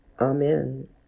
amen